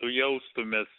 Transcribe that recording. tu jaustumės